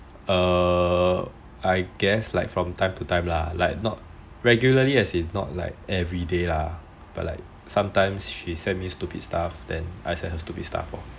err I guess like from time to time lah regularly as in not like everyday lah but like sometimes she send me stupid stuff then I send her stupid stuff